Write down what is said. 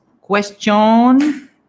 question